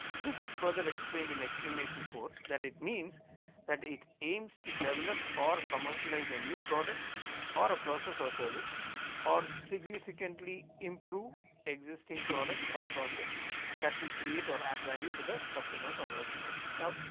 this is further explained in explanation for that it means that it aims to develop or commercialize a new product or a process or service or significantly improved existing product or process that will create or add value to the customer or work flow. now,